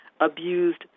abused